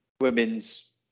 women's